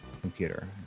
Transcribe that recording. computer